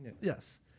Yes